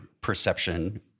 perception